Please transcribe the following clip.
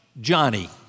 Johnny